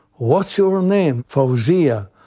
what's your name? fauzia.